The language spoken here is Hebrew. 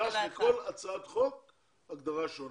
הגדרת עולה חדש בכל הצעת חוק היא הגדרה שונה.